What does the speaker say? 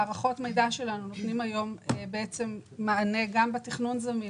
מערכות המידע שלנו נותנות מענה בתכנון זמין